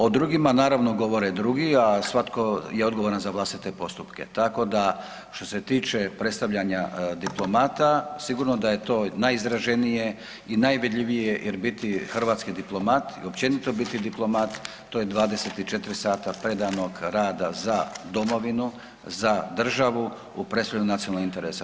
O drugima naravno govore drugi, a svatko je odgovaran za vlastite postupke, tako da što se tiče predstavljanja diplomata sigurno da je to najizraženije i najvidljivije jer biti hrvatski diplomat i općenito biti diplomat to je 24 sata predanog rada za domovinu, za državu, u … [[Govornik se ne razumije]] nacionalnog interesa.